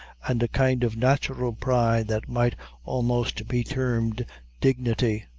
and a kind of natural pride that might almost be termed dignity.